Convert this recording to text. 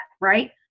right